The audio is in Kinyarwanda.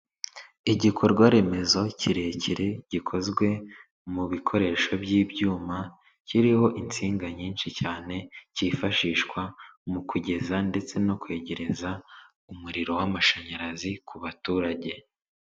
Igikorwaremezo kirekire gikozwe mu bikoresho by'ibyuma kiriho insinga nyinshi cyane, cyifashishwa mu kugeza ndetse no kwegereza umuriro w'amashanyarazi ku baturage.